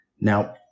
Now